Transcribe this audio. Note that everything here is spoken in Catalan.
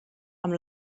amb